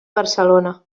barcelona